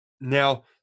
Now –